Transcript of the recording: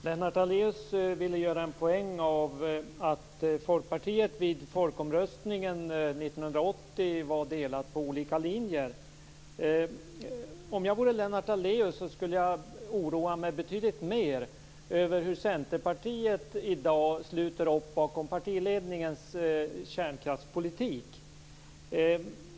Herr talman! Lennart Daléus ville göra en poäng av att Folkpartiet vid folkomröstningen 1980 var delat på olika linjer. Om jag vore Lennart Daléus skulle jag oroa mig betydligt mer över hur Centerpartiet i dag sluter upp bakom partiledningens kärnkraftspolitik.